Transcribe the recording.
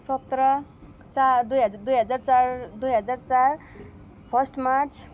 सत्र चा दुई हजार दुई हजार चार दुई हजार चार फर्स्ट मार्च